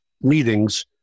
meetings